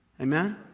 Amen